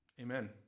Amen